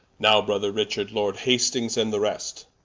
now brother richard, lord hastings, and the rest,